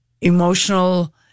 emotional